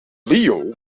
leo